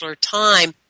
time